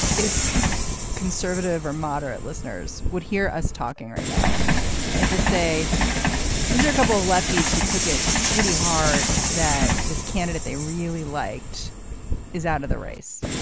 if conservative or moderate listeners would hear us talking right now and just say these are a couple of lefties who took it pretty hard that this candidate they really liked is out of the race